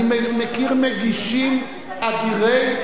אני מכיר מגישים אדירי,